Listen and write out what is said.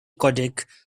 codec